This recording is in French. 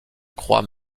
croix